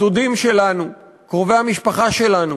הדודים שלנו, קרובי המשפחה שלנו